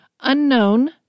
unknown